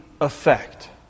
effect